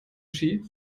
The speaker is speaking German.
ski